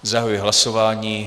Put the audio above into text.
Zahajuji hlasování.